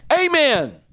Amen